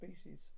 species